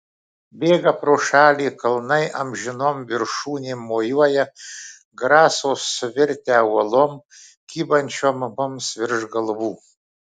bėga pro šalį kalnai amžinom viršūnėm mojuoja graso suvirtę uolom kybančiom mums virš galvų